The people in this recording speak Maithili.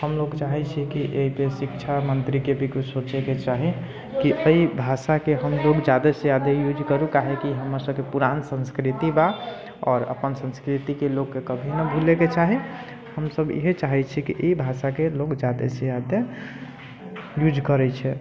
हम लोग चाहे छियै कि एहिके शिक्षा मन्त्रीके भी कुछ सोचैके चाही कि एहि भाषाके हम लोग जादासँ जादा यूज करु काहेकि हमर सभके पुरान संस्कृति बा आओर अपन संस्कृतिके लोकके कभी न भूलैके चाही हम सभ इहै चाहे छियै कि ई भाषाके लोक जादेसँ जादे यूज करै छै